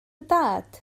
dad